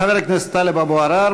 חבר הכנסת טלב אבו עראר,